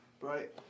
right